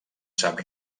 sap